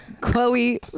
chloe